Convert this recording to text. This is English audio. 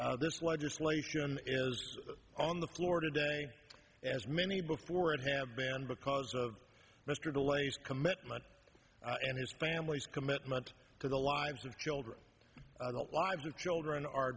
this legislation is on the floor today as many before and have banned because of mr de lay's commitment and his family's commitment to the lives of children the lives of children are